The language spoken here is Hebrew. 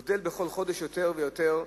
הם גדלים בכל חודש יותר ויותר,